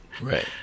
Right